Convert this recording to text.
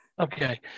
Okay